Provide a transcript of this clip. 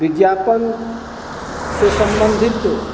विज्ञापन से संबंधित